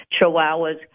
chihuahuas